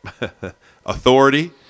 authority